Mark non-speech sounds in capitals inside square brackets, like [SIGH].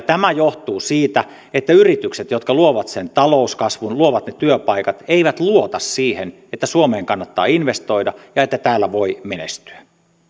[UNINTELLIGIBLE] tämä johtuu siitä että yritykset jotka luovat sen talouskasvun luovat ne työpaikat eivät luota siihen että suomeen kannattaa investoida ja että täällä voi menestyä